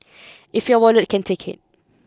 if your wallet can take it